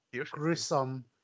gruesome